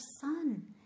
son